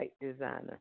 designer